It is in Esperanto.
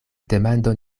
demando